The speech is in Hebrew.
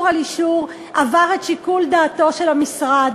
על אישור עבר את שיקול דעתו של המשרד.